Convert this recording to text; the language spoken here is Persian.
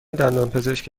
دندانپزشک